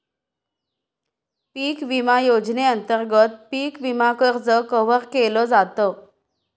पिक विमा योजनेअंतर्गत पिक विमा कर्ज कव्हर केल जात